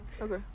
Okay